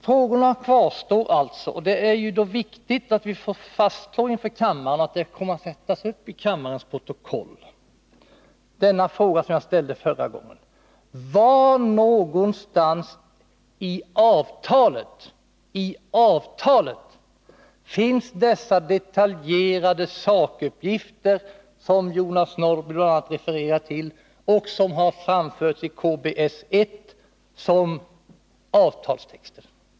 Frågorna kvarstår alltså, och det är då viktigt att vi får fastslå, att den fråga som jag ställde förra gången förs in i kammarens protokoll: Var någonstans i avtalet finns dessa detaljerade sakuppgifter som Jonas Norrby bl.a. refererat till och som anförts i KBS 1 som avtalstext?